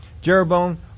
Jeroboam